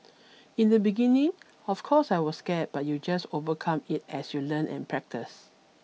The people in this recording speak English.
in the beginning of course I was scared but you just overcome it as you learn and practice